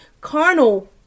carnal